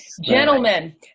gentlemen